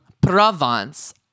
Provence